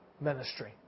ministry